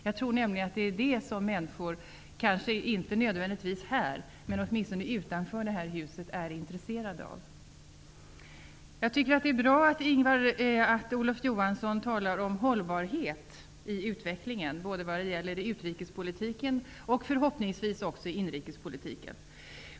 Jag tror att det är det som människor, inte nödvändigtvis här men utanför huset, är intresserade av. Jag tycker att det är bra att Olof Johansson talar om hållbarhet i utvecklingen, både vad gäller utrikespolitiken och förhoppningsvis vad gäller inrikespolitiken.